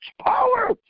power